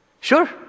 Sure